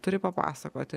turi papasakoti